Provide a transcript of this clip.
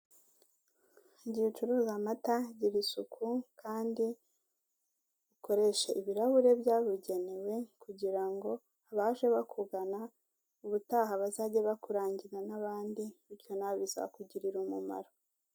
Igihe ucuruza amata gira isuku kandi ukoreshe ibirahure byabugenwe kugira ngo abaje bakugana, ubutaha bazage bakurangira n'abandi ibyo nawe bizakugirira umumaro.